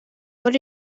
what